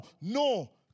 no